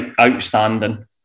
outstanding